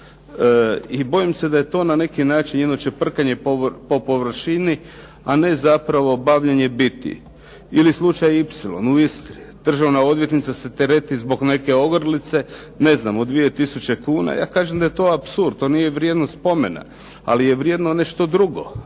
I bojim se da je to na neki način jedno čeprkanje po površini, a ne zapravo bavljenje biti. Ili slučaj "ipsilon" u Istri. Državna odvjetnica se tereti zbog neke ogrlice od 2 tisuće kuna, ja kažem da je to apsurd. To nije vrijedno spomena, ali je vrijedno nešto drugo,